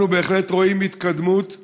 אנחנו בהחלט רואים התקדמות במאמצים,